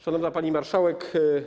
Szanowna Pani Marszałek!